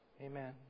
amen